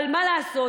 אבל מה לעשות,